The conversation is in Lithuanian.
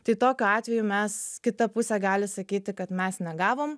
tai tokiu atveju mes kita pusė gali sakyti kad mes negavom